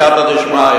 הכנסת מוזס?